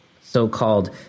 so-called